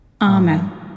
Amen